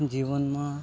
જીવનમાં